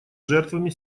жертвами